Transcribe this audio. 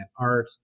art